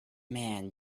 man